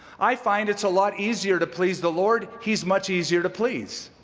i find it's a lot easier to please the lord he's much easier to please.